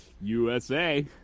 USA